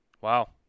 wow